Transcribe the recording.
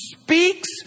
speaks